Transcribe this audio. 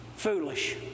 foolish